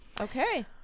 Okay